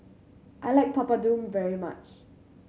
I like Papadum very much